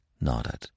nodded